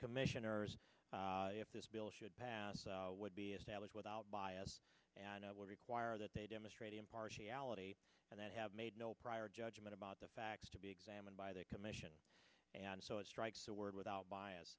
commissioners if this bill should pass would be established without bias and i would require that they demonstrate impartiality and i have made no prior judgment about the facts to be examined by that commission and so it strikes a world without bias